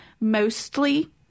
mostly